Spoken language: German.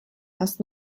erst